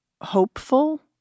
hopeful